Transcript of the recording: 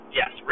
yes